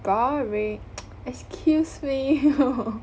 boring excuse me